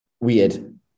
Weird